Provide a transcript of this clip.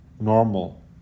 normal